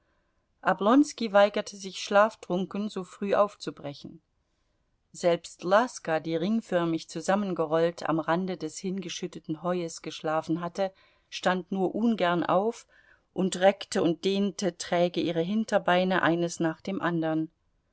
oblonski weigerte sich schlaftrunken so früh aufzubrechen selbst laska die ringförmig zusammengerollt am rande des hingeschütteten heues geschlafen hatte stand nur ungern auf und reckte und dehnte träge ihre hinterbeine eines nach dem andern